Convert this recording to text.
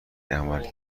عمل